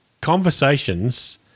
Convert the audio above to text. conversations